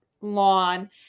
lawn